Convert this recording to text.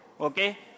Okay